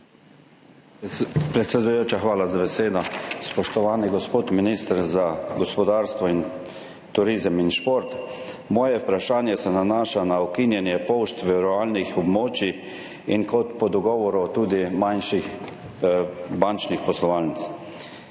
Predsedujoča, hvala za besedo. Spoštovani gospod minister za gospodarstvo, turizem in šport! Moje vprašanje se nanaša na ukinjanje pošt na ruralnih območjih in kot po dogovoru tudi manjših bančnih poslovalnic.